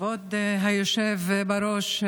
כבוד היושב בראש,